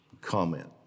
Comment